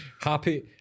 happy